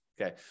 okay